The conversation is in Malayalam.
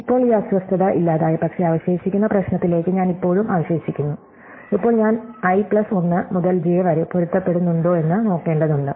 ഇപ്പോൾ ഈ അസ്വസ്ഥത ഇല്ലാതായി പക്ഷേ അവശേഷിക്കുന്ന പ്രശ്നത്തിലേക്ക് ഞാൻ ഇപ്പോഴും അവശേഷിക്കുന്നു ഇപ്പോൾ ഞാൻ i പ്ലസ് 1 മുതൽ j വരെ പൊരുത്തപ്പെടുന്നുണ്ടോ എന്ന് നോക്കേണ്ടതുണ്ട്